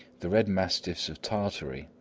the red mastiffs of tartary,